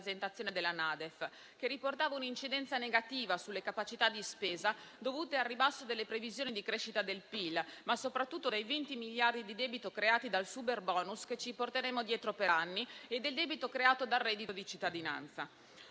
della NADEF, che riportava un'incidenza negativa sulle capacità di spesa dovute al ribasso delle previsioni di crescita del PIL, ma soprattutto ai 20 miliardi di debito creati dal superbonus che ci porteremo dietro per anni e al debito creato dal reddito di cittadinanza.